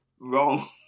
wrong